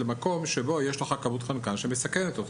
למקום שבו יש לך כמות חנקן שמסכנת אותך.